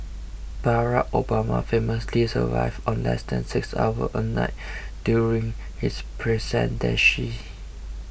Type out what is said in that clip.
Barack Obama famously survived on less than six hours a night during his presidency